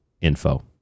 info